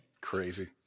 Crazy